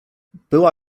była